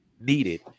needed